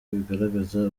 bigaragaza